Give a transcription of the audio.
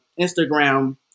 Instagram